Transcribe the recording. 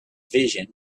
vision